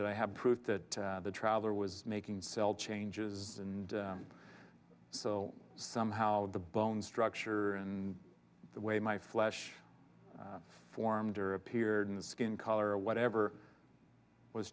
that i have proved that the traveler was making cell changes and so somehow the bone structure and the way my flesh formed or appeared in the skin color or whatever was